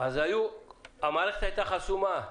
אז המערכת הייתה חסומה.